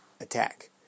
attack